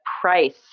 price